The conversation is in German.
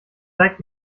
seid